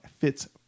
fits